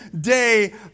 day